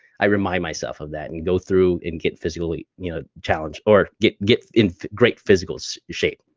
i remind myself of that and go through and get physically you know challenged or get get in great physical so shape.